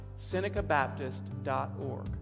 SenecaBaptist.org